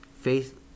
Faith